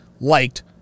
liked